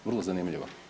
Vrlo zanimljivo.